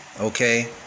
Okay